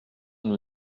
nous